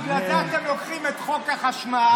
בגלל זה אתם לוקחים את חוק החשמל,